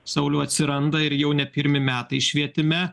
sauliau atsiranda ir jau ne pirmi metai švietime